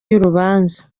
y’urubanza